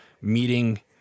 meeting